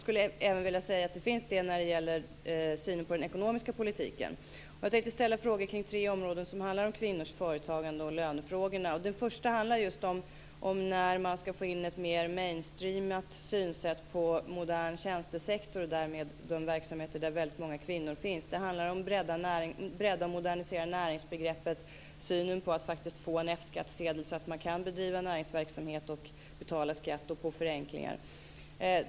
Detsamma gäller för synen på den ekonomiska politiken. Jag tänkte ställa tre frågor som handlar om kvinnors företagande och löner. Den första frågan handlar om hur man ska få in ett mer "mainstreamat" synsätt på den moderna tjänstesektorn, som är den sektor där det finns många kvinnor. Det handlar om att bredda och modernisera näringsbegreppet och om möjligheten att få en F skattsedel så att man kan bedriva näringsverksamhet med förenklade skattevillkor.